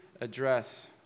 address